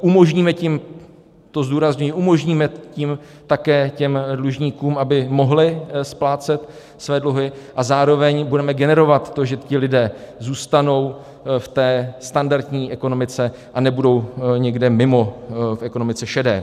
Umožníme tím, to zdůrazňuji, umožníme tím také těm dlužníkům, aby mohli splácet své dluhy, a zároveň budeme generovat to, že ti lidé zůstanou v té standardní ekonomice a nebudou někde mimo, v ekonomice šedé.